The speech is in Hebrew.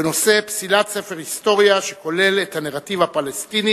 בנושא: פסילת ספר היסטוריה שכולל את הנרטיב הפלסטיני